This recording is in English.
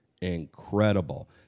incredible